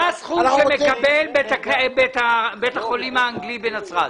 מה הסכום שמקבל בית החולים האנגלי בנצרת?